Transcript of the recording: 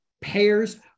payers